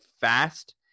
fast